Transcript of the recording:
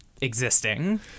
existing